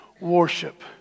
worship